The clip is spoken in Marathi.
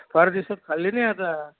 फार दिवसात खाल्ली नाही आता